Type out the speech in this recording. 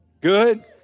good